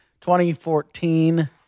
2014